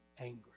angry